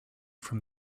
from